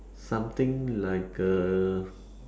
something like a